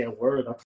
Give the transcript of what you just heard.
word